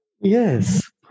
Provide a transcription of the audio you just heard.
yes